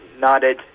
nodded